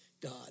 God